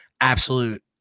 absolute